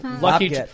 Lucky